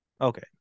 Okay